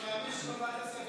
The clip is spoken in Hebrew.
אני מאמין,